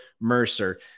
Mercer